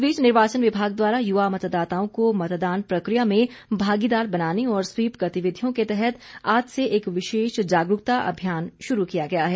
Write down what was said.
इस बीच निर्वाचन विभाग द्वारा युवा मतदाताओं को मतदान प्रक्रिया में भागीदार बनाने और स्वीप गतिविधियों के तहत आज से एक विशेष जागरूकता अभियान शुरू किया गया है